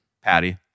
Patty